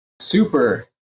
super